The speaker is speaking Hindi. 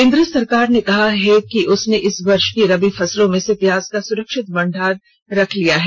केंद्र सरकार ने कहा है कि उसने इस वर्ष की रबी फसलों में से प्याज का सुरक्षित भंडार रख लिया है